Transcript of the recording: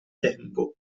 tempo